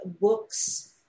books